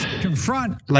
Confront